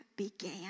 began